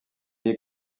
est